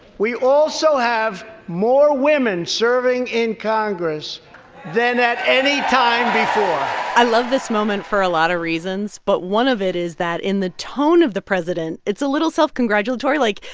we also have more women serving in congress than at any time before i love this moment for a lot of reasons, but one of it is that in the tone of the president, it's a little self-congratulatory like,